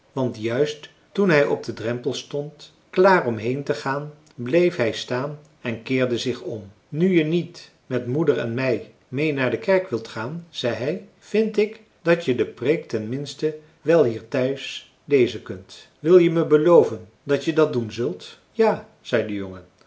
want juist toen hij op den drempel stond klaar om heen te gaan bleef hij staan en keerde zich om nu je niet met moeder en mij meê naar de kerk wilt gaan zei hij vind ik dat je de preek ten minste wel hier thuis lezen kunt wil je me beloven dat je dat doen zult ja zei de jongen